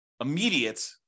immediate